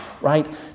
Right